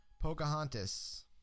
Pocahontas